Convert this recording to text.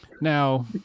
Now